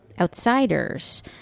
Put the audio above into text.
outsiders